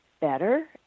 better